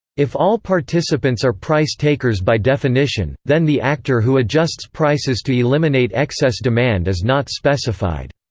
if all participants are price-takers by definition, then the actor who adjusts prices to eliminate excess demand is not specified.